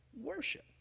worship